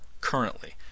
currently